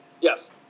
Yes